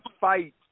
fight